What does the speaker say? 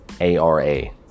A-R-A